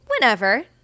whenever